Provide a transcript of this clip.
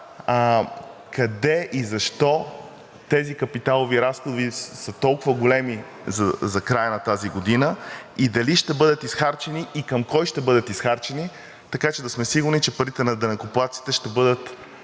къде и защо тези капиталови разходи са толкова големи за края на тази година и дали ще бъдат изхарчени и към кого ще бъдат изхарчени, така че да сме сигурни, че парите на данъкоплатците ще бъдат